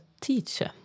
teacher